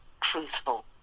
truthful